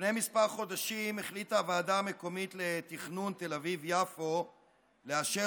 לפני כמה חודשים החליטה הוועדה המקומית לתכנון תל אביב-יפו לאשר